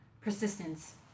persistence